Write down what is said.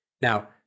Now